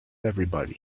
everybody